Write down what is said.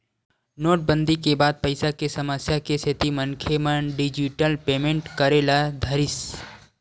नोटबंदी के बाद पइसा के समस्या के सेती मनखे मन डिजिटल पेमेंट करे ल धरिस